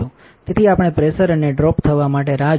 તેથી આપણે પ્રેશરઅને ડ્રોપ થવામાટે થોડી રાહ જોશું